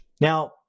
Now